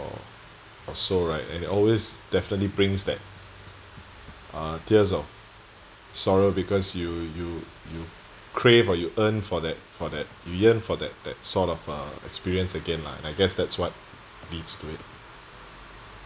so right and it always definitely brings that uh tears of sorrow because you you you crave or you earn for that for that you yearn for that that sort of uh experience again lah I guess that's what means to it